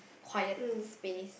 quiet space